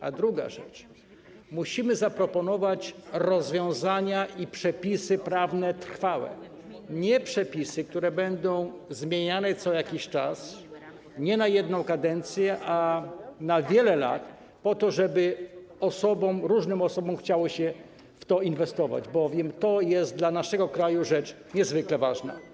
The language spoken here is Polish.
A druga rzecz, musimy zaproponować rozwiązania i przepisy prawne trwałe, nie przepisy, które będą zmieniane co jakiś czas, nie na jedną kadencję, a na wiele lat, po to żeby różnym osobom chciało się w to inwestować, bowiem to jest dla naszego kraju rzecz niezwykle ważna.